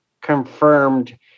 confirmed